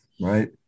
right